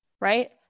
right